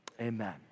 Amen